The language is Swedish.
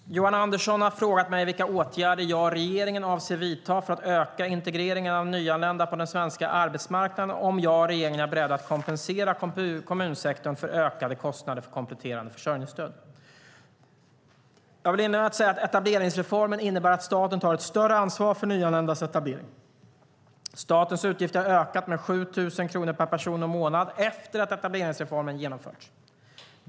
Herr talman! Johan Andersson har frågat mig vilka åtgärder jag och regeringen avser att vidta för att öka integreringen av nyanlända på den svenska arbetsmarknaden och om jag och regeringen är beredda att kompensera kommunsektorn för ökade kostnader för kompletterande försörjningsstöd. Jag vill inleda med att säga att etableringsreformen innebär att staten tar ett större ansvar för nyanländas etablering. Statens utgifter har ökat med 7 000 kronor per person och månad efter att etableringsreformen genomförts.